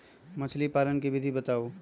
मछली पालन के विधि बताऊँ?